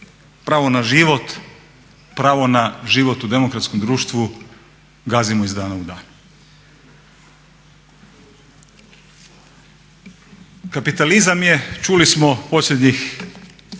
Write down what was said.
pravo na život, pravo na život u demokratskom društvu gazimo iz dana u dan. Kapitalizam je čuli smo posljednjih